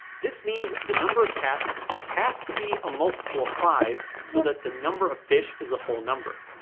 this means the number of cats has to be a multiple of five so that the number of fish is a whole number.